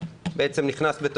מי שמשלם לעצמו שכר,